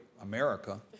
America